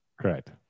Correct